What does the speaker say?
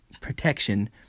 protection